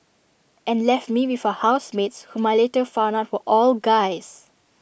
and left me with her housemates whom I later found out were all guys